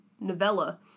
novella